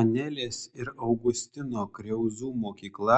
anelės ir augustino kriauzų mokykla